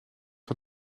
van